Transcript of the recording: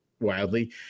wildly